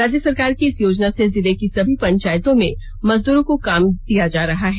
राज्य सरकार की इस योजना से जिले की सभी पंचायतों में मजदूरों को काम दिया जा रहा है